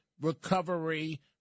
Recovery